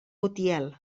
utiel